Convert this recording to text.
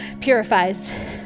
purifies